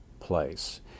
place